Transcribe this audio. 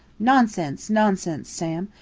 nonsense, nonsense, sam!